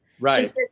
right